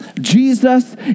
Jesus